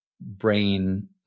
brain